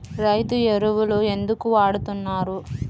రైతు ఎరువులు ఎందుకు వాడుతున్నారు?